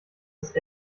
ist